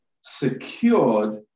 secured